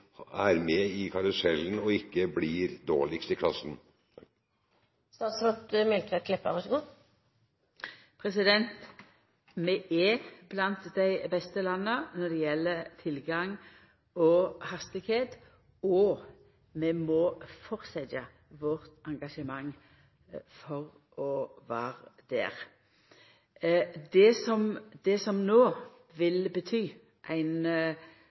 er med på karusellen og ikke blir dårligst i klassen. Vi er blant dei beste landa når det gjeld tilgang og hastigheit, og vi må halda fram med vårt engasjement for å vera der. Det som no vil bety